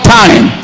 time